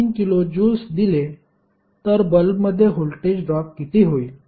3 kilo joules दिले तर बल्बमध्ये वोल्टेज ड्रॉप किती होईल